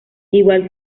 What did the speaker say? igual